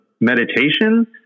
meditation